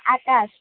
આકાશ